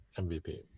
MVP